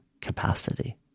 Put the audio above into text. capacity